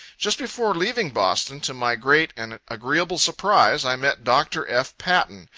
just before leaving boston, to my great and agreeable surprise, i met dr. f. patten,